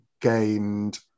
gained